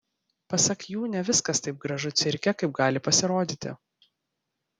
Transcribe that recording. pasak jų ne viskas taip gražu cirke kaip gali pasirodyti